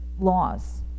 laws